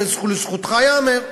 לזכותך ייאמר.